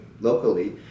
locally